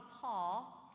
Paul